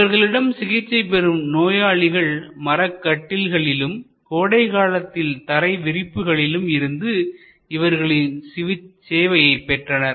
இவர்களிடம் சிகிச்சை பெறும் நோயாளிகள் மரக்கட்டில்களிலும் கோடைகாலத்தில் தரைவிரிப்புகளிலும் இருந்து இவர்களின் சேவையை பெற்றனர்